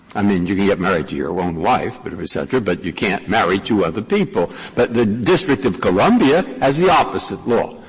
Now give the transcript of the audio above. i mean, you can get married to your own wife, but et cetera, but you can't marry two other people, but the district of columbia has the opposite law.